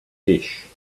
dish